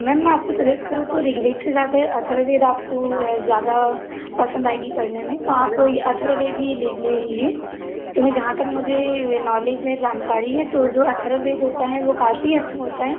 ma'am आपको suggest करूँ तो ऋग्वेद से ज़्यादा अथर्ववेद आपको ज़्यादा पसंद आएगी पढ़ने में तो आप यह अथर्ववेद ही ले लीजिए क्योंकि जहाँ तक मुझे नॉलेज है जानकारी है तो जो अथर्ववेद होता है वो काफ़ी अच्छा होता है